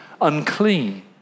unclean